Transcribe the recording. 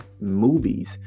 movies